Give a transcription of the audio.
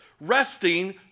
resting